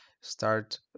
start